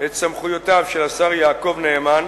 את סמכויותיו של השר יעקב נאמן,